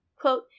Quote